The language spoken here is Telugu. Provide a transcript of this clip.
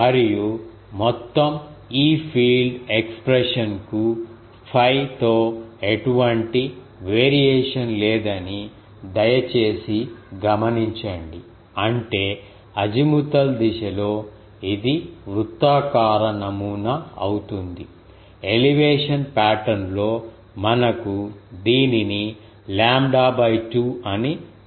మరియు మొత్తం E ఫీల్డ్ ఎక్స్ ప్రషన్ కు 𝜙 తో ఎటువంటి వేరియేషన్ లేదని దయచేసి గమనించండి అంటే అజిముతల్ దిశలో ఇది వృత్తాకార నమూనా అవుతుంది ఎలివేషన్ పాటర్న్ లో మనకు దీనిని లాంబ్డా by 2 అని పిలుస్తారు